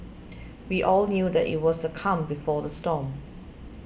we all knew that it was the calm before the storm